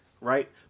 right